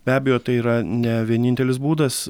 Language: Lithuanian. be abejo tai yra ne vienintelis būdas